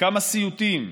וכמה סיוטים.